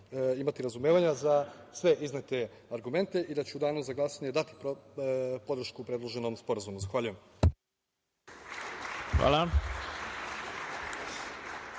imati razumevanja za sve iznete argumente i da će u danu za glasanje dati podršku predloženom sporazumu. Hvala.